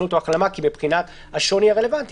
להתחסנות או להחלמה כי מבחינת השוני הרלוונטי